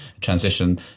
transition